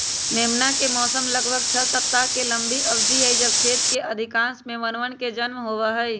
मेमना के मौसम लगभग छह सप्ताह के लंबी अवधि हई जब खेत के अधिकांश मेमनवन के जन्म होबा हई